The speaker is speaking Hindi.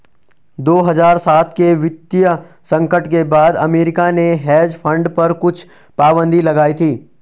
दो हज़ार सात के वित्तीय संकट के बाद अमेरिका ने हेज फंड पर कुछ पाबन्दी लगाई थी